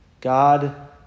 God